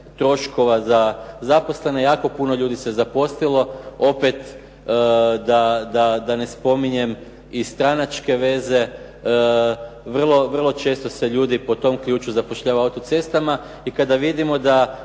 troškova za zaposlene. Jako puno ljudi se zaposlilo, opet da ne spominjem i stranačke veze. Vrlo često se ljudi po tom ključu zapošljavaju u autocestama. I kada vidimo da